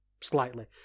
slightly